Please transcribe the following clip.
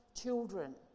children